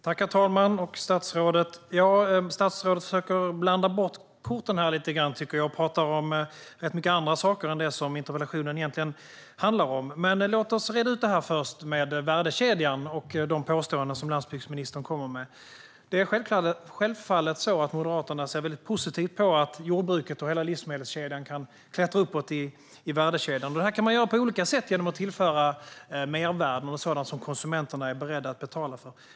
Herr talman! Statsrådet försöker blanda bort korten lite grann och talar om ganska mycket annat än det interpellationen egentligen handlar om. Men låt oss först reda ut det här med värdekedjan och de påståenden landsbygdsministern kommer med. Det är självfallet så att Moderaterna ser positivt på att jordbruket och hela livsmedelskedjan kan klättra uppåt i värdekedjan. Det kan man göra på olika sätt, till exempel genom att tillföra mervärde och sådant som konsumenterna är beredda att betala för.